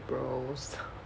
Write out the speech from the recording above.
bros